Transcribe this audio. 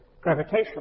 gravitational